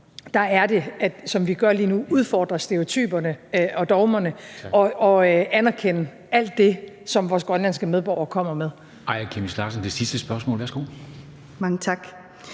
er det, som vi gør lige nu, at udfordre stereotyperne og dogmerne og at anerkende alt det, som vores grønlandske medborgere kommer med. Kl. 13:10 Formanden (Henrik Dam Kristensen):